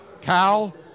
Cal